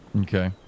Okay